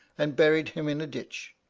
and buried him in a ditch.